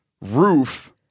roof